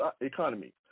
economy